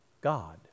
God